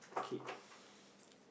okay